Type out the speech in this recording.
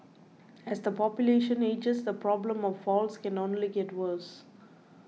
as the population ages the problem of falls can only get worse